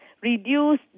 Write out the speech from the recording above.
reduce